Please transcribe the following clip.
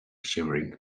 shimmering